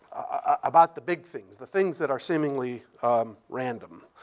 about the big things, the things that are seemingly random.